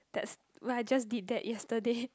that's what I just did that yesterday